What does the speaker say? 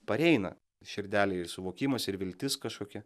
pareina į širdelę ir suvokimas ir viltis kažkokia